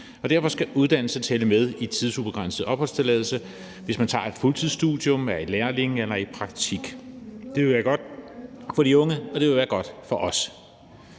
Derfor skal uddannelse tælle med i en tidsubegrænset opholdstilladelse, hvis man tager et fuldtidsstudium, er lærling eller er i praktik. Det vil være godt for de unge, og det vil være godt for os.